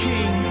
King